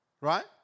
right